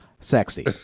sexy